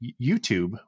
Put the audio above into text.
YouTube